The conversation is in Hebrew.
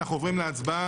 אנחנו עוברים להצבעה.